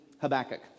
Habakkuk